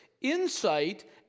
insight